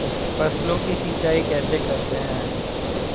फसलों की सिंचाई कैसे करते हैं?